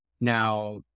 Now